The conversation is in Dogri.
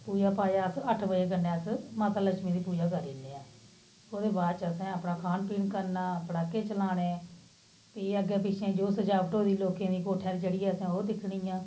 पूजा पाजा अस अट्ठ बजे कन्नै माता लच्छमी दी पूजा करी ओड़ने आं ओह्दे बाद च अ'सें अपना खान पीन करना पटाके चलाने प्ही अग्गै पिच्छै जो सजावट होई दी लोकें दी कोठे'र चढ़ियै अ'सें ओह् दिक्खनी ऐ